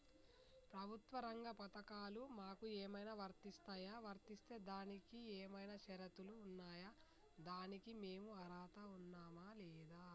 ప్రభుత్వ రంగ పథకాలు మాకు ఏమైనా వర్తిస్తాయా? వర్తిస్తే దానికి ఏమైనా షరతులు ఉన్నాయా? దానికి మేము అర్హత ఉన్నామా లేదా?